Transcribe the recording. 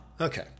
Okay